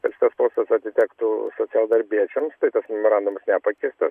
kad šitas postas atitektų socialdarbiečiams tai tas memorandumas nepakeistas